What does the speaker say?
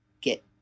get